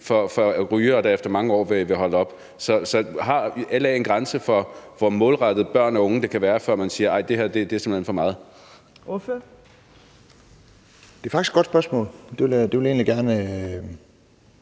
for rygere, der efter mange år vil holde op. Så har LA en grænse for, hvor målrettet mod børn og unge det kan være, før man siger: Nej, det her er simpelt hen for meget? Kl. 16:01 Fjerde næstformand (Trine Torp): Ordføreren.